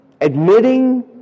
admitting